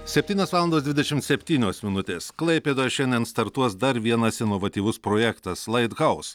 septynios valandos dvidešimt septynios minutės klaipėdoje šiandien startuos dar vienas inovatyvus projektas light house